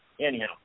anyhow